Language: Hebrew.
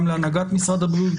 גם להנהגת משרד הבריאות,